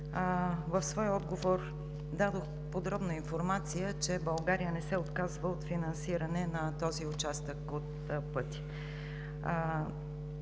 В своя отговор дадох подробна информация, че България не се отказва от финансиране на този участък от пътя.